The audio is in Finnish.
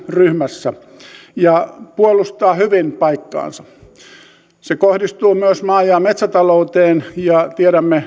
ryhmässä ja puolustaa hyvin paikkaansa se kohdistuu myös maa ja metsätalouteen ja tiedämme